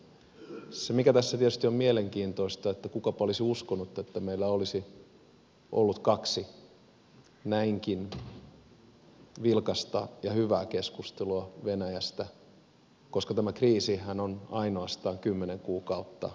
se tässä tietysti on mielenkiintoista että kukapa olisi uskonut että meillä olisi kaksi näinkin vilkasta ja hyvää keskustelua venäjästä koska tämä kriisihän on ainoastaan kymmenen kuukautta vanha